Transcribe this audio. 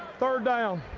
third down.